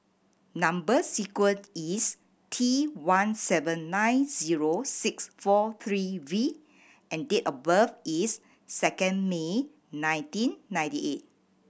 number sequence is T one seven nine zero six four three V and date of birth is second May nineteen ninety eight